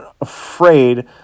afraid